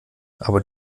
aber